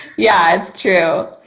yeah, it's true.